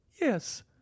yes